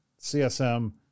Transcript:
CSM